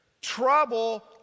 Trouble